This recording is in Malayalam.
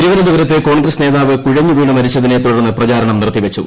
തിരുവനന്തപുരത്ത് കോൺഗ്രസ് നേതാവ് കുഴഞ്ഞുവീണു മരിച്ചതിനെ തുടർന്ന് പ്രചാരണം നിർത്തിവച്ചു